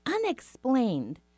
unexplained